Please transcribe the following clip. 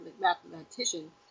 mathematician